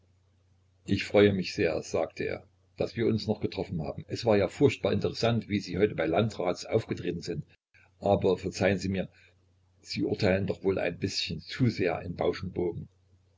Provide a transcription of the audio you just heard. ich freue mich sehr sagte er daß wir uns noch getroffen haben es war ja furchtbar interessant wie sie heute bei landrats aufgetreten sind aber verzeihen sie mir sie urteilen doch wohl ein bißchen zu sehr in bausch und bogen